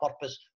purpose